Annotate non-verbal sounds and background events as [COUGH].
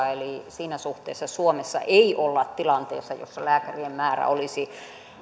[UNINTELLIGIBLE] eli siinä suhteessa suomessa ei olla tilanteessa jossa lääkärien määrä olisi